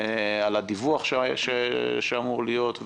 על הדיווח שאמור להיות,